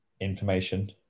information